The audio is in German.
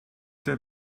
der